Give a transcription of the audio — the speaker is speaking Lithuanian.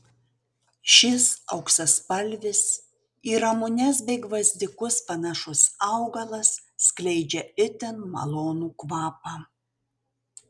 šis auksaspalvis į ramunes bei gvazdikus panašus augalas skleidžia itin malonų kvapą